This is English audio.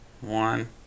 one